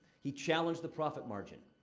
he challenged the profit margin.